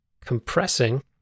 compressing